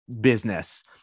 business